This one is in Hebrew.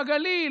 בגליל,